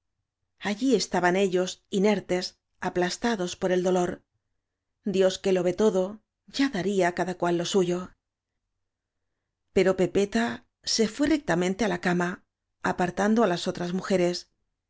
allí estaban ellos inertes aplastados áñ por el dolor dios que lo ve todo ya daría á cada cual lo suyo pero pepeta se fué rectamente á la cama apartando á las otras mujeres